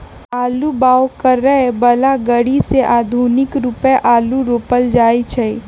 आलू बाओ करय बला ग़रि से आधुनिक रुपे आलू रोपल जाइ छै